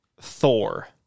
Thor